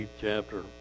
chapter